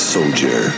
Soldier